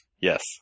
Yes